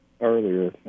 earlier